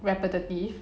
repetitive